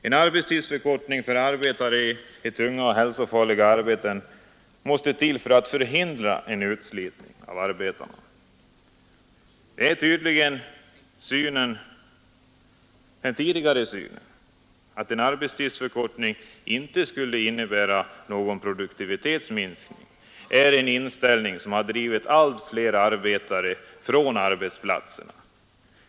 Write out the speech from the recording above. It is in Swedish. En sådan måste till för arbetare i tunga och hälsofarliga arbeten för att förhindra en utslitning av arbetarna. Det är tydligt att den tidigare inställningen, att en arbetstidsförkortning inte skulle innebära någon produktivitetsminskning, har drivit allt fler arbetare från arbetsplatserna.